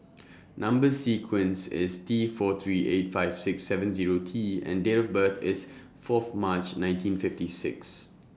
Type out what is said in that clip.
Number sequence IS T four three eight five six seven Zero T and Date of birth IS Fourth March nineteen fifty six